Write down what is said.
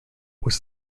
was